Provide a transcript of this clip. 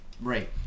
Right